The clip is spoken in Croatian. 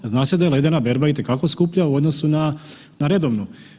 Zna se da je ledena berba itekako skuplja u odnosu na, na redovnu.